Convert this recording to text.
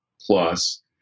plus